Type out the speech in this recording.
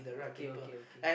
okay okay okay